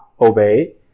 obey